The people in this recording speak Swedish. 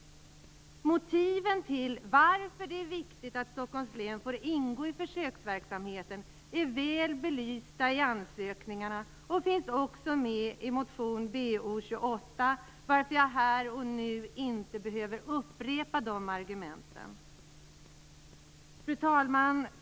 Motiven till att det är viktigt att Stockholms län får ingå i försöksverksamheten är väl belysta i ansökningarna och finns också med i motion Bo28, varför jag här och nu inte behöver upprepa de argumenten. Fru talman!